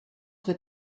wird